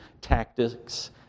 tactics